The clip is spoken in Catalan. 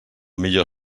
millor